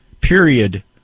period